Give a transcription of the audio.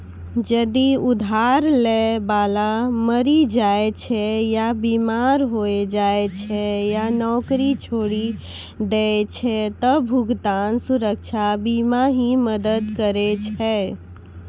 जदि उधार लै बाला मरि जाय छै या बीमार होय जाय छै या नौकरी छोड़ि दै छै त भुगतान सुरक्षा बीमा ही मदद करै छै